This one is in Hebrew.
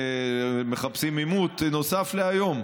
מחפשים עימות נוסף להיום?